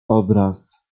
obraz